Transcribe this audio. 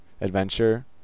adventure